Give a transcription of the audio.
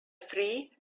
free